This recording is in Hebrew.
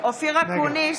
אופיר אקוניס,